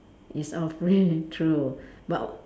is awfully true but